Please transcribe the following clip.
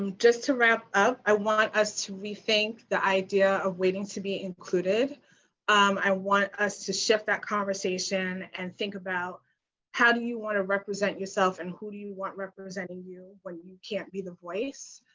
and just to wrap up, i want us to rethink the idea of waiting to be included i want us to shift that conversation and think about how do you want to represent yourself and who you want representing you when you can't be the voice?